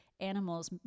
animals